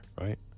right